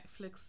Netflix